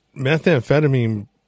methamphetamine